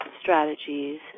strategies